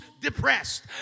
depressed